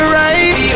right